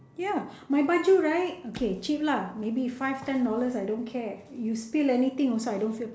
ya my baju right okay cheap lah maybe five ten dollars I don't care you spill anything also I don't feel